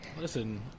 Listen